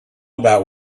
about